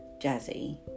Jazzy